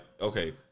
okay